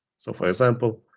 so for example,